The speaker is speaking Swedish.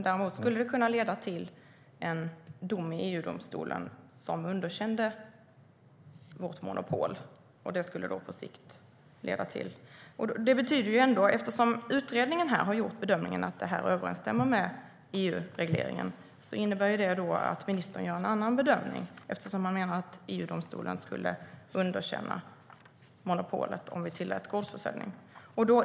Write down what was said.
Däremot skulle det kunna leda till en dom i EU-domstolen som underkände vårt monopol, och det skulle på sikt få effekter. Eftersom utredningen har gjort bedömningen att det överensstämmer med EU-regleringen innebär det att ministern gör en annan bedömning, eftersom han menar att EU-domstolen skulle underkänna monopolet om vi tillät gårdsförsäljning.